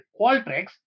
Qualtrics